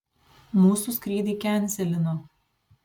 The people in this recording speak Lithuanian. mūsų skrydį kenselino